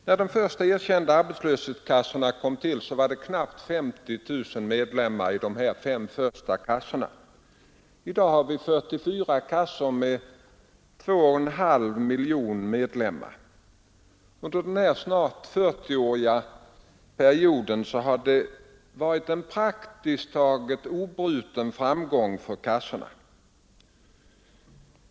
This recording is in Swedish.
När de första erkända arbetslöshetskassorna kom till hade de knappt 50 000 medlemmar fördelade på fem kassor. I dag har vi 44 kassor med närmare 2,5 miljoner medlemmar. Under denna snart 40-åriga period har det varit en praktiskt taget oavbruten framgång för kassorna.